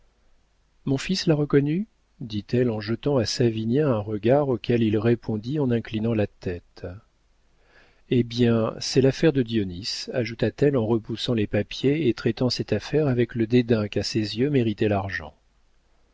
mon fils l'a reconnu dit-elle en jetant à savinien un regard auquel il répondit en inclinant la tête eh bien c'est l'affaire de dionis ajouta-t-elle en repoussant les papiers et traitant cette affaire avec le dédain qu'à ses yeux méritait l'argent